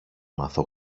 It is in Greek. μάθω